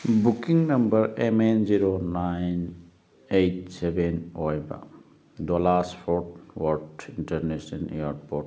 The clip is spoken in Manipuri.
booking number M N zero nine eight seven ꯑꯣꯏꯕ Dallas Fort Worth international airport